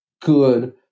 good